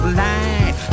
light